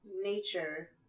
nature